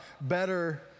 better